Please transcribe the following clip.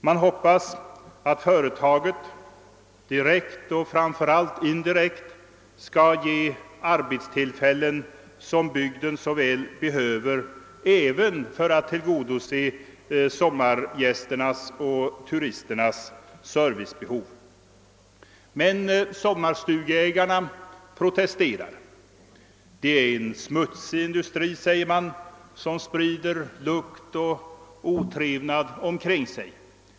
Man hoppas att företaget, direkt och framför allt indirekt, skall ge arbetstillfällen, som bygden så väl behöver även för att tillgodose sommargästernas och turisternas servicebehov. Men sommarstugeägarna protesterar. Det är en smutsig industri, säger man som sprider lukt och otrevnad omkring sig.